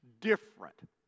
different